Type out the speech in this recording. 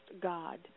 God